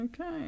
Okay